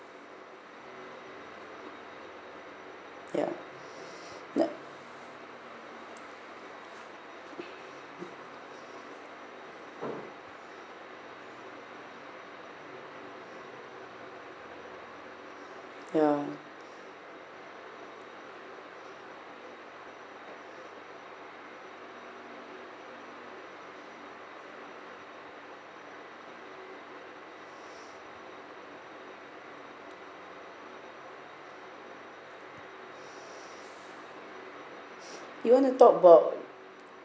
ya ya ya you want to talk about